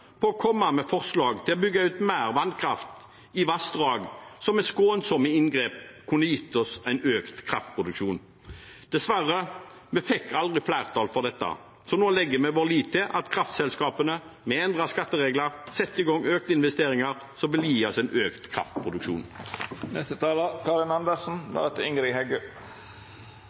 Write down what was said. å komme med forslag om å bygge ut mer vannkraft i vassdrag, noe som med skånsomme inngrep kunne gitt oss en økt kraftproduksjon. Dessverre fikk vi aldri flertall for dette, så nå setter vi vår lit til at kraftselskapene – med endrede skatteregler – setter i gang økte investeringer, som vil gi oss en økt kraftproduksjon.